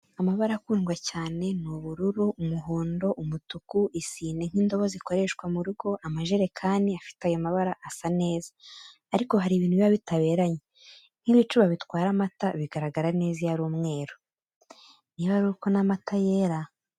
Amabara akundwa cyane ni ubururu, umuhondo, umutuku, isine nk'indobo zikoreshwa mu rugo, amajerekani afite ayo mabara asa neza ariko hari ibintu biba bitaberanye, nk'ibicuba bitwara amata bigaragara neza iyo ari umweru. Niba ari uko n'amata yera!